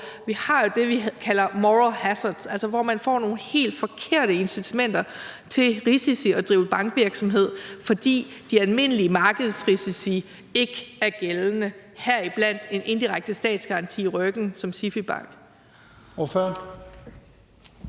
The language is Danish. Vi har jo det, vi kalder moral hazards, altså hvor man får nogle helt forkerte incitamenter til risici og at drive bankvirksomhed, fordi de almindelige markedsrisici ikke er gældende, heriblandt en indirekte statsgaranti i ryggen som SIFI-bank.